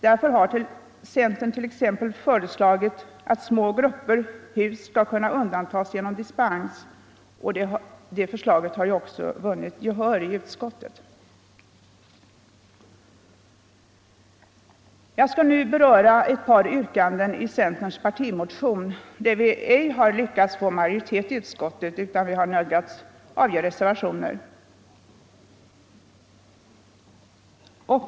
Därför har centern t.ex. föreslagit att små grupper hus skall kunna undantas genom dispens. Det förslaget har ju också vunnit gehör i utskottet. Jag skall nu beröra ett par yrkanden i centerns partimotion beträffande vilka vi ej har lyckats få majoritet i utskottet utan har nödgats avge reservationer.